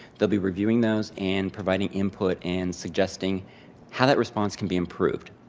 they'll be reviewing those, and providing input and suggesting how that response can be improved.